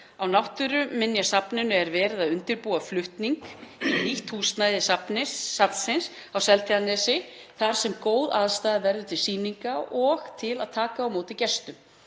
Á Náttúruminjasafninu er verið að undirbúa flutning í nýtt húsnæði safnsins á Seltjarnarnesi þar sem góð aðstaða verður til sýninga og til að taka á móti gestum.